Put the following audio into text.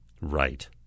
Right